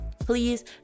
Please